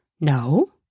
No